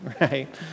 right